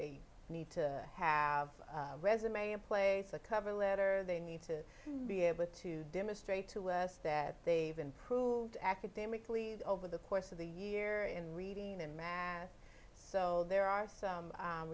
they need to have resume in place a cover letter they need to be able to demonstrate to us that they've improved academically over the course of the year in reading and math so there are some